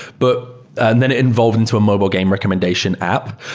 but and then it evolved into a mobile game recommendation app.